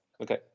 Okay